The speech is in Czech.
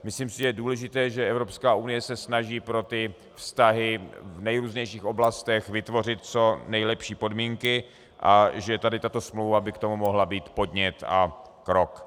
Myslím si, že je důležité, že Evropská unie se snaží pro ty vztahy v nejrůznějších oblastech vytvořit co nejlepší podmínky a že tady tato smlouva by k tomu mohla dát podnět a krok.